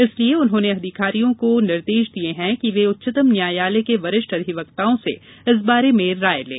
इसलिए उन्होंने अधिकारियों को निर्देश दिए हैं कि वे उच्चतम न्यायालय के वरिष्ठ अधिवक्ताओं से इस बारे में राय लें